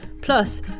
plus